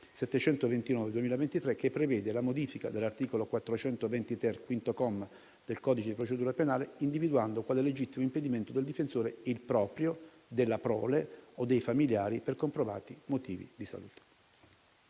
729 del 2023 che prevede la modifica dell'articolo 420-*ter,* comma 5, del codice di procedura penale, individuando quale legittimo impedimento del difensore il proprio, della prole o dei familiari per comprovati motivi di salute.